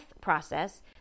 process